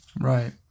Right